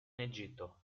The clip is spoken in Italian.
egitto